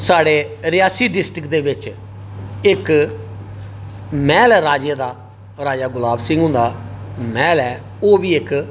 साढ़े रियासी डिस्ट्रिक्ट दे बिच महल राजे दा राजा गुलाब सिहं दा महल ओह् बी इक